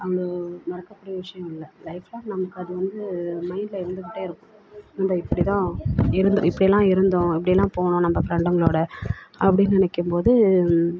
அவ்வளோ மறக்கக்கூடிய விஷயம் இல்லை லைஃப் லாங் நமக்கு அது வந்து மைண்ட்டில் இருந்துக்கிட்டே இருக்கும் இவங்க இப்படிதான் இருந்து இப்படியெல்லாம் இருந்தோம் இப்படிலாம் போனோம் நம்ம ஃப்ரெண்டுங்களோடு அப்படின்னு நினைக்கும் போது